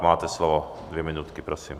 Máte slovo dvě minutky, prosím.